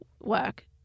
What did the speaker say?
work